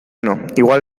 igual